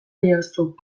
diozu